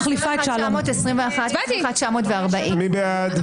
21,921 עד 21,940. מי בעד?